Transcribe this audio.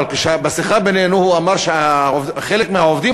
אבל בשיחה בינינו הוא אמר שחלק מהעובדים,